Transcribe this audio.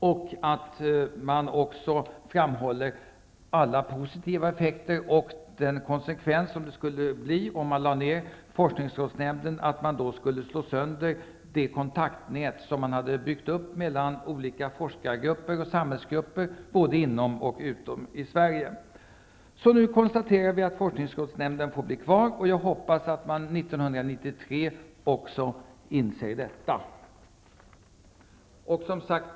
Vi framhåller också alla positiva effekter och de konsekvenser som det skulle få om man lade ner forskningsrådsnämnden. Då skulle man slå sönder det kontaktnät som hade byggts upp mellan olika forskargrupper och samhällsgrupper både inom och utom Sverige. Nu konstaterar vi att forskningsrådsnämnden får bli kvar. Jag hoppas att man också inser detta 1993. Herr talman!